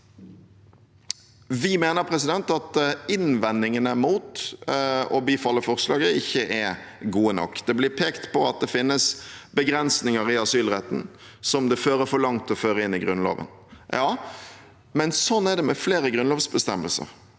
Vi mener at innvendingene mot å bifalle forslaget ikke er gode nok. Det blir pekt på at det finnes begrensninger i asylretten som det fører for langt å føre inn i Grunnloven. Ja, men slik er det med flere grunnlovsbestemmelser.